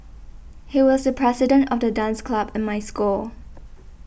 he was the president of the dance club in my school